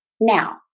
Now